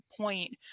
point